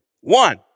One